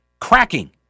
cracking